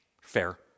Fair